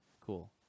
Cool